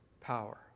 power